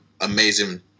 amazing